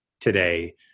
today